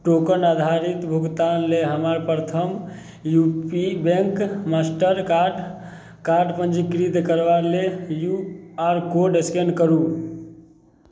token आधारित भुगतान लेल हमर प्रथम U P bank master card card पञ्जीकृत करबा लेल क्यू आर कोड स्कैन करू